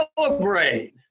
celebrate